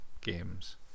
games